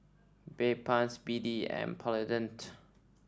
Bedpans B D and Polident